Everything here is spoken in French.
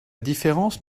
différence